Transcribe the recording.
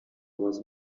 was